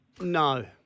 No